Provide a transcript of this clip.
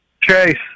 Chase